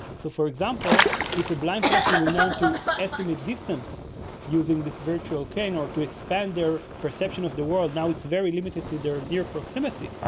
so for example, if a blind person will learn to estimate distance using this virtual cane to expand their perception of the world, now it's very limited to their near proximity,